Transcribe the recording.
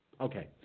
Okay